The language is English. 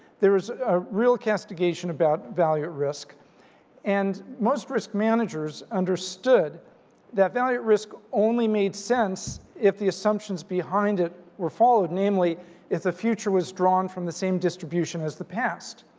there is a real castigation about value at risk and most risk managers understood that value at risk only made sense the assumptions behind it were followed namely if the future was drawn from the same distribution as the past.